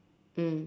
mm